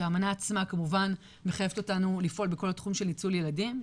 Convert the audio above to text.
שהאמנה עצמה כמובן מחייבת אותנו לפעול בכל התחום של ניצול ילדים.